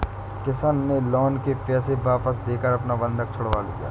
किशन ने लोन के पैसे वापस देकर अपना बंधक छुड़वा लिया